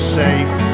safe